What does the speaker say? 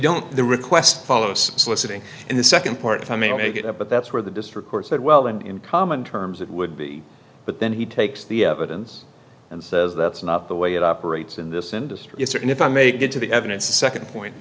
don't the request follows soliciting and the second part timing may get up but that's where the district court said well and in common terms it would be but then he takes the evidence and says that's not the way it operates in this industry is certain if i may get to the evidence the second point